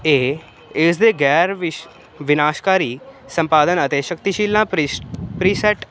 ਇਹ ਇਸ ਦੇ ਗੈਰ ਵਿਸ਼ ਵਿਨਾਸ਼ਕਾਰੀ ਸੰਪਾਦਨ ਅਤੇ ਸ਼ਕਤੀਸ਼ੀਲਾਂ ਭਰਿਸ਼ ਪ੍ਰੀਸੈਟ